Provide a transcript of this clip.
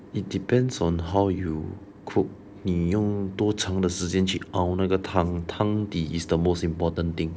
it depends on how you cook 你用多长的时间去熬那个汤汤底 is the most important thing